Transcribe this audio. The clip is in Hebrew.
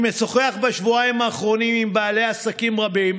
אני משוחח בשבועיים האחרונים עם בעלי עסקים רבים